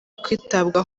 kwitabwaho